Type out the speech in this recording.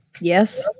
yes